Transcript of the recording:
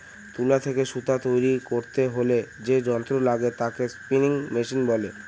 তুলা থেকে সুতা তৈরী করতে হলে যে যন্ত্র লাগে তাকে স্পিনিং মেশিন বলে